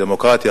דמוקרטיה,